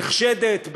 נחשדת,